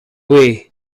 way